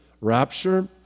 rapture